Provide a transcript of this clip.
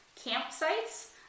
campsites